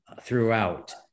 throughout